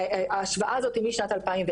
ההשוואה הזאת היא משנת 2004,